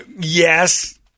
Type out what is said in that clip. Yes